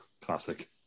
classic